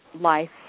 life